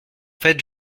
fait